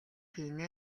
хийнэ